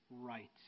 right